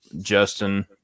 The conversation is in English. Justin